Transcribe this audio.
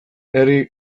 herri